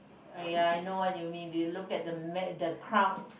!aiya! I know what you mean we look at the mad the crowd